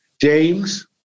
James